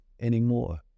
anymore